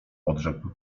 odrzekł